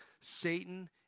Satan